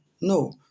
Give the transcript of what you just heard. No